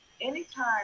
anytime